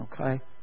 Okay